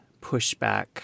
pushback